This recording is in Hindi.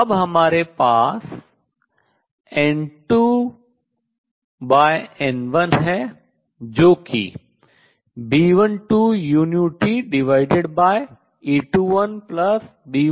तो अब हमारे पास N2N1 है जो कि B12uTA21B12uT है